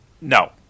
No